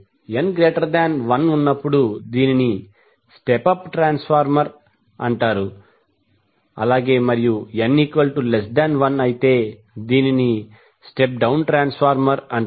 N 1 ఉన్నప్పుడు దీనిని step up transformer అంటారు మరియు n 1 అయితే దీనిని స్టెప్ డౌన్ ట్రాన్స్ఫార్మర్ అంటారు